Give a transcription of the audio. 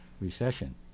recession